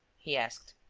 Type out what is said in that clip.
he asked,